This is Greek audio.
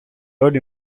όλοι